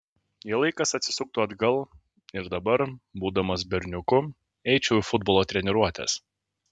jei laikas atsisuktų atgal ir dabar būdamas berniuku eičiau į futbolo treniruotes